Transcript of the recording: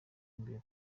imbere